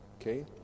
okay